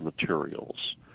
materials